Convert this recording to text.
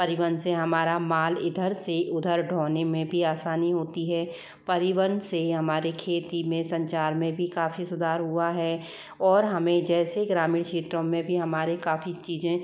परिवहन से हमारा माल इधर से उधर ढ़ोने में भी आसानी होती है परिवहन से हमारी खेती में संचार में भी काफ़ी सुधार हुआ है और हमें जैसे ग्रामीण क्षेत्रों में भी हमारे काफ़ी चीज़ें